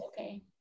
okay